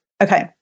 Okay